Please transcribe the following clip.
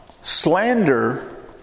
slander